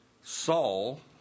Saul